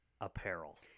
Apparel